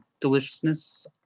deliciousness